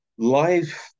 Life